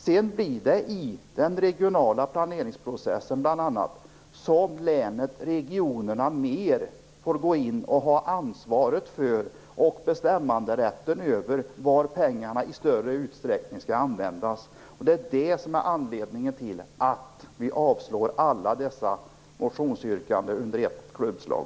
Sedan blir det bl.a. i den regionala planeringsprocessen som länen och regionerna i större utsträckning får gå in och ha ansvaret för och bestämmanderätten över var pengarna i större utsträckning skall användas. Det är det som är anledningen till att vi avstyrker alla dessa motionsyrkanden under ett klubbslag.